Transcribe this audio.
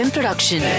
Production